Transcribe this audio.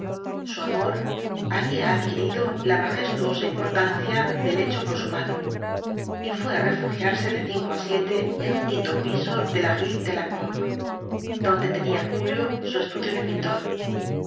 su amor había adquirido la majestuosa importancia del hecho consumado y fué á refugiarse de cinco á siete en un quinto piso de la rué de la pompe donde tenía julio su estudio de pintor